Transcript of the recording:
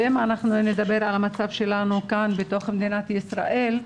ואם אנחנו נדבר על המצב שלנו כאן בתוך מדינת ישראל,